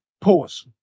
pause